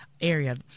area